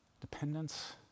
Dependence